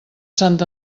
sant